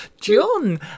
John